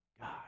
God